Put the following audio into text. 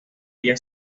ella